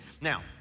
now